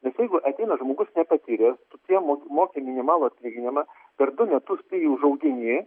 nes jeigu ateina žmogus nepatyręs tai tu jam mok moki minimalų atlyginimą per du metus tu jį užaugini